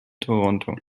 toronto